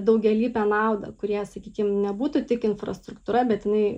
daugialypę naudą kurią sakykim nebūtų tik infrastruktūra bet jinai